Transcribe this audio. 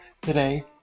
today